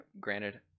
Granted